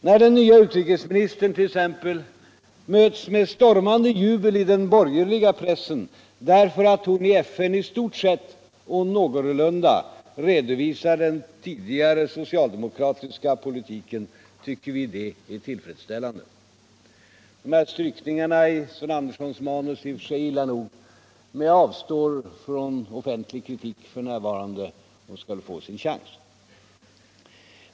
När den nya utrikesministern t.ex. möts med stormande jubel i den borgerliga pressen därför att hon i FN i stort sett och någorlunda redovisar den tidigare socialdemokratiska politiken tycker vi det är ullfredsställande. Strykningarna i Sven Anderssons manus är i och för sig illa nog, men jag avstår från oftentlig kriuk f. n. Hon skall väl ha sin chans.